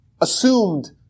assumed